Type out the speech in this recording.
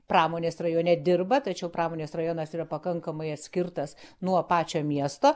pramonės rajone dirba tačiau pramonės rajonas yra pakankamai atskirtas nuo pačio miesto